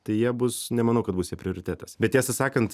tai jie bus nemanau kad bus jie prioritetas bet tiesą sakant